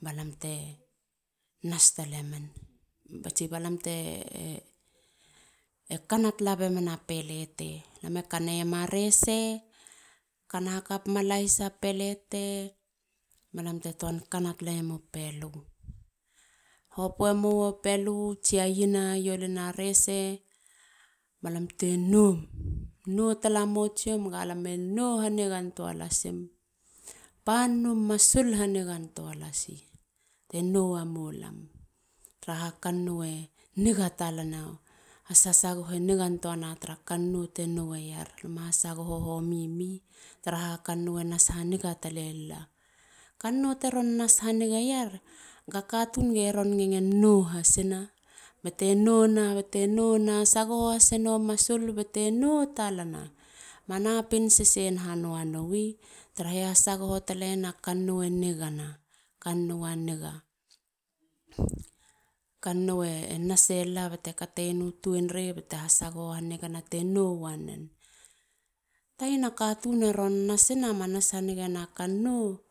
Balam te nas talemen. balam te. e kana tala bemena pelete. lam e kaneyema rese. kana hakopema lahisa pelete. ba lam te ton kana talayemu pelu. hopu e mua pelu tsia iena i olna rese balam te noum. nou talamo tsiom. ga lam e nou hanigantoa lasim. pannu masul hanigantoa lasi te nou wamulam tra kannou e niga talana. hasasagoho nigantoa tara kannou te noweyer. luma sagoho haniga mi tara ha kannou e nas hanigantoa talel la. kannou teron nas hanigeyer ga katun e ronn ngengen nou na. bate nou na. bate nou na. sagoho hasenua masul bate no talana. ma napin sesen ha nua nowi. taraha hasagoho talana kannou e nigana. kannou a niga. Kannou e nasela bate katoyena tuenrei bate hasagoho hanigana te nou wanen. Tayina katun e ron nasina. ma nas hanigana kannou.